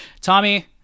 Tommy